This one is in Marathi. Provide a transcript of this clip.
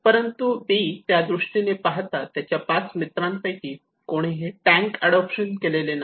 परंतु 'बी'त्यादृष्टीने पाहता त्याच्या पाच मित्रांपैकी कोणीही टँक अडोप्शन केलेले नाही